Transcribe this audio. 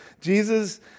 Jesus